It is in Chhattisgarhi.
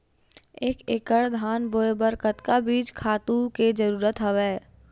एक एकड़ धान बोय बर कतका बीज खातु के जरूरत हवय?